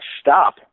stop